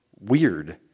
weird